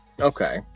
Okay